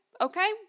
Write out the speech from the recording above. Okay